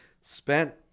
spent